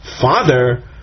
father